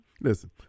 Listen